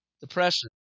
Depression